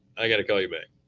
i gotta call you back.